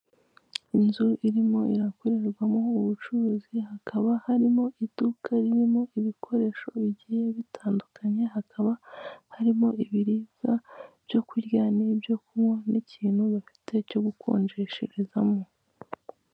Inzi irimo irakorerwamo ubucuruzi hakaba harimo iduka ririmo ibikoresho bigiye bitandukanye, hakaba harimo ibiribwa byo kurya n'ibyokurya nikintu bafite cyo gukonjesherezamo.